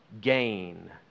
gain